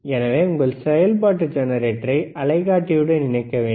எனவே உங்கள் செயல்பாட்டு ஜெனரேட்டரை அலைக்காட்டி உடன் இணைக்க வேண்டும்